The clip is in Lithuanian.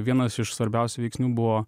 vienas iš svarbiausių veiksnių buvo